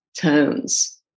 tones